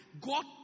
God